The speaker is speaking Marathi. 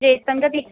जेसनच्या तिकडे